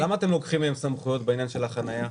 למה אתם לוקחים להם סמכויות בעניין של החנייה?